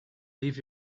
leave